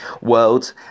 world